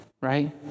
right